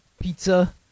pizza